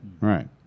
Right